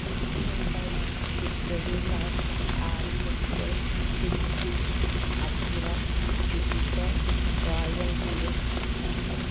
Hyundai swift Dzire Audi excel Suzuki Activa jupiter royal bullet